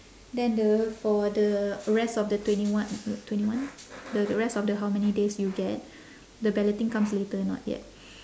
then the for the rest of the twenty one twenty one the rest of the how many days you get the balloting comes later not yet